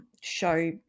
show